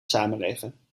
samenleven